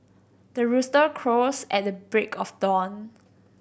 the rooster crows at the break of dawn